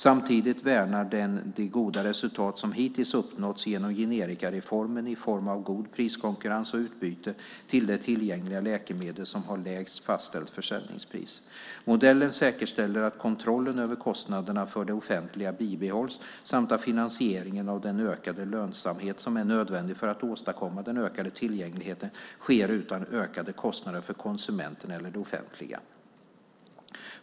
Samtidigt värnar den de goda resultat som hittills uppnåtts genom generikareformen i form av god priskonkurrens och utbyte till det tillgängliga läkemedel som har lägst fastställt försäljningspris. Modellen säkerställer att kontrollen över kostnaderna för det offentliga bibehålls samt att finansieringen av den ökade lönsamhet som är nödvändig för att åstadkomma den ökade tillgängligheten sker utan ökade kostnader för konsumenten eller det offentliga.